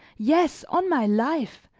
yes, on my life.